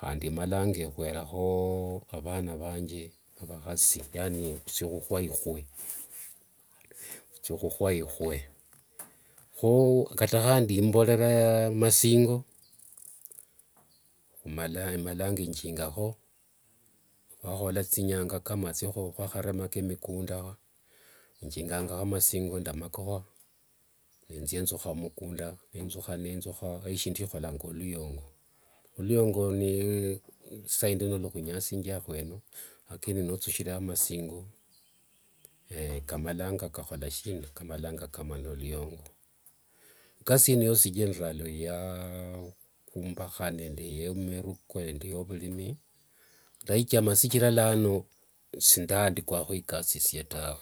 handi malanga handi emalanga khwerera avana vanje vakhasi, yani engusia khukhwa ikhwe. kho kata khandi imborera masingo emalanga njingakho. Khwakhola thinyanga kama yuakharemaka mikunda, njingangakho masingo nende makokha, nithia nzukha mmukunda nethukha nethukha eshindu shia khulanganga eluyongo. Eluyongo ni isaindi lukhunyasingiakho eno lakini nochushira masingo kamalanga kakhola shina, kamalanga kamala luyongo. Ikasi ino yosi, generally khumbakha, yemiruko nende yovulimi. Ndaichama shichira lano shidandikwako ikasi esie tawe.